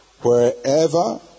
wherever